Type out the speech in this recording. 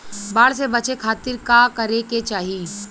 बाढ़ से बचे खातिर का करे के चाहीं?